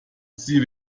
sie